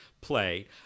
play